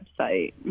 website